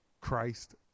Christ